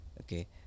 okay